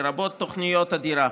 לרבות תוכניות הדירה.